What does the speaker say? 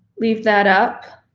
leave that up.